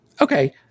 Okay